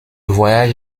voyage